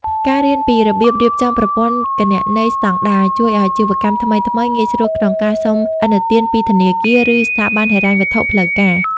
ការរៀនពី "របៀបរៀបចំប្រព័ន្ធគណនេយ្យស្ដង់ដារ" ជួយឱ្យអាជីវកម្មថ្មីៗងាយស្រួលក្នុងការសុំឥណទានពីធនាគារ ឬស្ថាប័នហិរញ្ញវត្ថុផ្លូវការ។